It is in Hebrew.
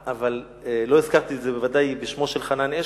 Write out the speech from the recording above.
אבל לא הזכרתי את זה בוודאי בשמו של חנן אשל.